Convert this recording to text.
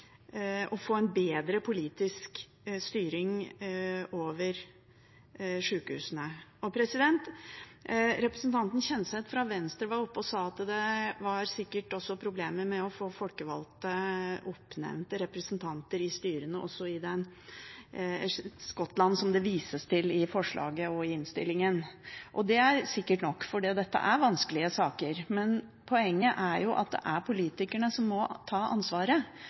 kan få fortgang i å få en bedre politisk styring over sykehusene. Representanten Kjenseth fra Venstre var oppe her og sa at det var sikkert problemer med å få oppnevnt folkevalgte representanter i styrene også i Skottland, som det vises til i innstillingen. Det er det nok sikkert, for dette er vanskelige saker. Men poenget er at det er politikerne som må ta ansvaret.